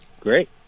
Great